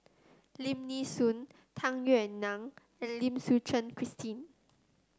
Lim Nee Soon Tung Yue Nang and Lim Suchen Christine